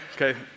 okay